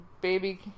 baby